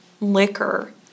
liquor